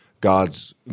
God's